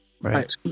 Right